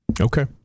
Okay